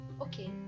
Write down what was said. okay